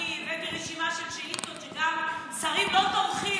הבאתי גם רשימה של שאילתות ששרים לא טורחים להשיב עליהן.